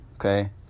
Okay